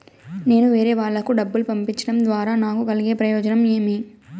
నేను వేరేవాళ్లకు డబ్బులు పంపించడం ద్వారా నాకు కలిగే ప్రయోజనం ఏమి?